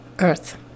Earth